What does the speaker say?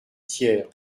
tiers